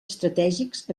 estratègics